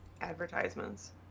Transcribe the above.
advertisements